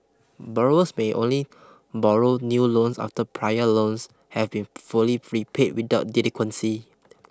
borrowers may only borrow new loans after prior loans have been fully repaid without delinquency